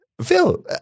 Phil